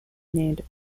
named